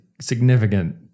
significant